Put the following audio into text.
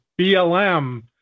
BLM